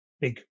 big